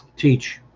teach